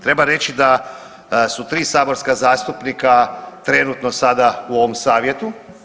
Treba reći da su tri saborska zastupnika trenutno sada u ovome savjetu.